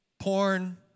Porn